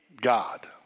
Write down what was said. God